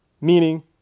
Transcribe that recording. meaning